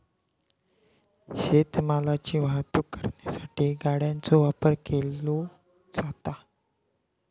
शेत मालाची वाहतूक करण्यासाठी गाड्यांचो वापर केलो जाता